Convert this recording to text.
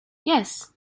yes